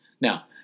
Now